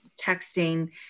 texting